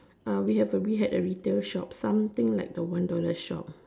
uh we have a we had a retail shop something like a one dollar shop